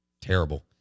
terrible